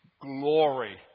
glory